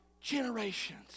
generations